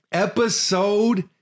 episode